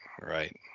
Right